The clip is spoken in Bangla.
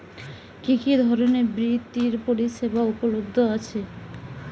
কি কি ধরনের বৃত্তিয় পরিসেবা উপলব্ধ আছে?